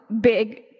Big